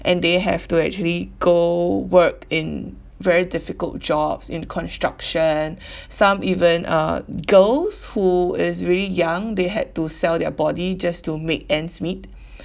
and they have to actually go work in very difficult jobs in construction some even uh girls who is really young they had to sell their body just to make ends meet